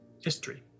History